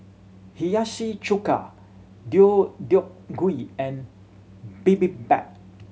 Hiyashi Chuka Deodeok Gui and Bibimbap